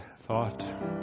thought